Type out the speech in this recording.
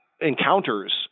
encounters